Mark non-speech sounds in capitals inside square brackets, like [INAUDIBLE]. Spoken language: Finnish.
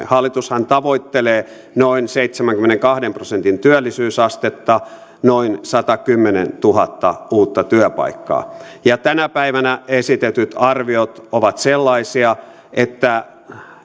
[UNINTELLIGIBLE] hallitushan tavoittelee noin seitsemänkymmenenkahden prosentin työllisyysastetta noin satakymmentätuhatta uutta työpaikkaa ja tänä päivänä esitetyt arviot ovat sellaisia että